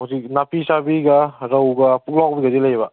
ꯍꯧꯖꯤꯛ ꯅꯥꯄꯤ ꯆꯥꯕꯤꯒ ꯔꯧꯒ ꯄꯨꯛꯂꯥꯎꯕꯤꯒꯗꯤ ꯂꯩꯌꯦꯕ